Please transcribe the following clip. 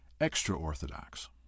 extra-orthodox